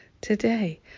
today